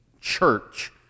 church